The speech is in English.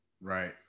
right